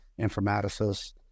informaticists